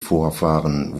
vorfahren